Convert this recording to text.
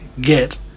get